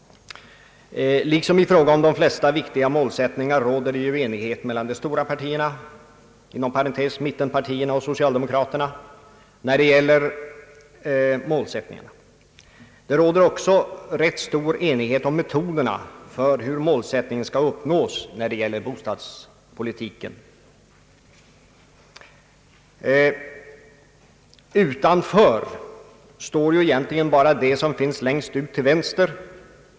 Liksom i fråga om de flesta viktiga målsättningar råder det också här enighet mellan de stora partierna, dvs. mittenpartierna och socialdemokraterna. Det råder också ganska stor enighet om metoderna för hur målsättningen skall uppnås när det gäller bostadspolitiken. Utanför står egentligen bara de längst till vänster.